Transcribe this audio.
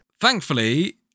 Thankfully